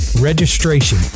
registration